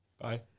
Bye